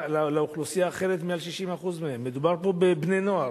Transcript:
לאוכלוסייה אחרת למעל 60%. מדובר בבני-נוער,